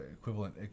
equivalent